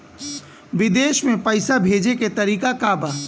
विदेश में पैसा भेजे के तरीका का बा?